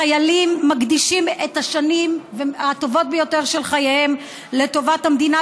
החיילים מקדישים את השנים הטובות ביותר של חייהם לטובת המדינה,